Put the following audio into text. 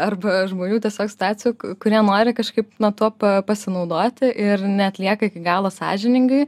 arba žmonių tiesiog situacijų kurie nori kažkaip na tuo pasinaudoti ir neatlieka iki galo sąžiningai